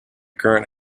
current